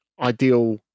ideal